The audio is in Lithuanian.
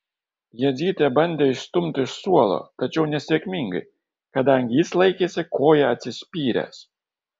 jadzytė bandė išstumti iš suolo tačiau nesėkmingai kadangi jis laikėsi koja atsispyręs